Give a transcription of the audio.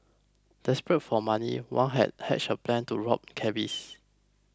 desperate for money Wang had hatched a plan to rob cabbies